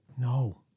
No